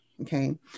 Okay